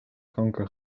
kanker